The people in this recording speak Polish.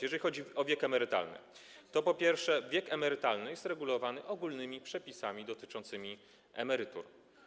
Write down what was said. Jeżeli chodzi o wiek emerytalny, to po pierwsze, wiek emerytalny jest regulowany ogólnymi przepisami dotyczącymi emerytur.